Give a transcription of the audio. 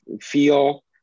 feel